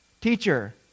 Teacher